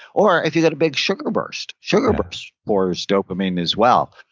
or if you got a big sugar burst. sugar burst pours dopamine as well.